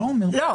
לא,